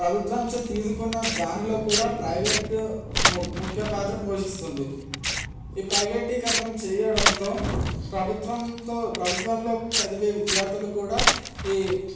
ప్రభుత్వంచే తీసుకున్న దానిలో కూడా ప్రైవేట్ ము ముఖ్యపాత్ర పోషిస్తుంది ఈ ప్రైవేటీకరణం చేయడంతో ప్రభుత్వంతో ప్రభుత్వంలో చదివే విద్యార్థులు కూడా ఈ